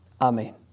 Amen